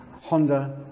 Honda